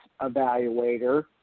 evaluator